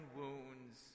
wounds